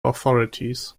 authorities